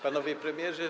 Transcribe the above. Panowie Premierzy!